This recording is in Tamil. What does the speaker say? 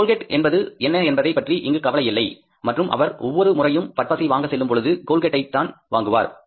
கோல்கேட் என்பது என்ன என்பதைப் பற்றி இங்கு கவலையில்லை மற்றும் அவர் ஒவ்வொரு முறையும் பற்பசையை வாங்க செல்லும் பொழுது கோல்கேட் ஐ தான் வாங்குவார்